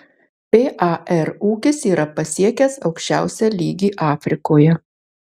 par ūkis yra pasiekęs aukščiausią lygį afrikoje